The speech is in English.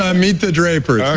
ah meet the drapers. ah, no,